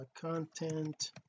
content